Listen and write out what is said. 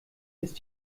ist